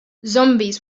zombies